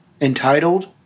entitled